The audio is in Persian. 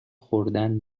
خوردن